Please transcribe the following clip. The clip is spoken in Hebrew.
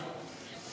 המליאה.